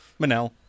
Manel